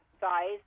size